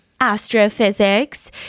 astrophysics